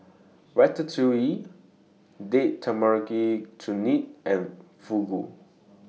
Ratatouille Date Tamarind Chutney and Fugu